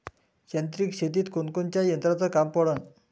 यांत्रिक शेतीत कोनकोनच्या यंत्राचं काम पडन?